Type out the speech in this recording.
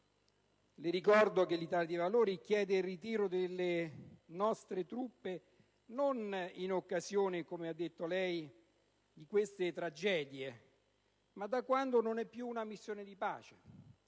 Le ricordo che l'Italia dei Valori chiede il ritiro delle nostre truppe non in occasione - come ha detto lei - di tragedie come queste, ma da quando non è più una missione di pace,